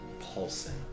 pulsing